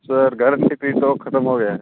sir guarantee थी तो ख़त्म हो गया है